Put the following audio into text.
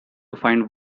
find